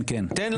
כן, כן.